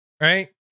right